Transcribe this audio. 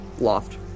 loft